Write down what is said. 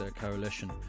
coalition